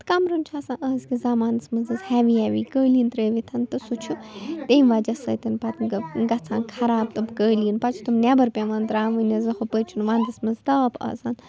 تہٕ کَمرَن چھِ آسان آزکِس زمانَس منٛز حظ ہٮ۪وی ہٮ۪وی قٲلیٖن ترٛٲوِتھ تہٕ سُہ چھُ تَمہِ وجہ سۭتۍ پتہٕ گژھان خراب تِم قٲلیٖن پتہٕ چھِ تِم نٮ۪بَر پٮ۪وان ترٛاوٕنۍ حظ ہُپٲرۍ چھِنہٕ وَنٛدَس منٛز تاپھ آسان